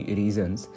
reasons